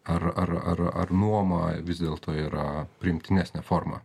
ar ar ar ar nuoma vis dėlto yra priimtinesnė forma